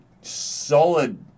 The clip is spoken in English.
solid